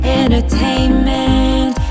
entertainment